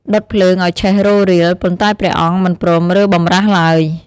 ដុតភ្លើងឲ្យឆេះរោលរាល ប៉ុន្តែព្រះអង្គមិនព្រមរើបម្រាស់ឡើយ។